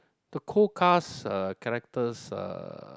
the co-cast uh characters uh